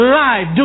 life